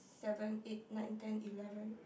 seven eight nine ten eleven